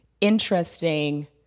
interesting